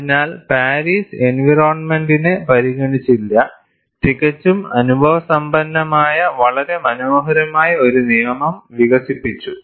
അതിനാൽ പാരിസ് എൻവയറോണ്മെന്റ്നെ പരിഗണിച്ചില്ല തികച്ചും അനുഭവസമ്പന്നമായ വളരെ മനോഹരമായ ഒരു നിയമം വികസിപ്പിച്ചു